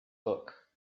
book